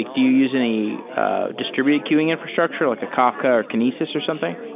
like do you use any distributed queuing infrastructure like a kafka or kinesis or something?